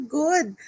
good